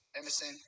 Emerson